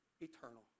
Eternal